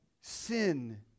sin